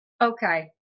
Okay